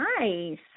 Nice